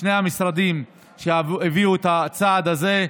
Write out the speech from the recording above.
שני המשרדים הביאו את הצעד הזה.